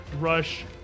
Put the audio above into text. rush